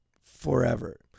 forever